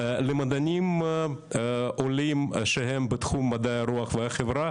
למדענים עולים שהם בתחום מדעי הרוח והחברה,